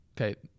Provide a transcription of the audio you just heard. Okay